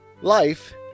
Life